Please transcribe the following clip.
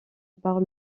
par